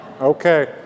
Okay